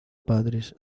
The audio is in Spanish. padres